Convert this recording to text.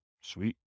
Sweet